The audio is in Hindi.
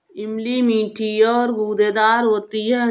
इमली मीठी और गूदेदार होती है